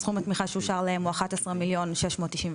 סכום התמיכה שאושר להם זה 11.697 מיליון,